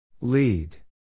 Lead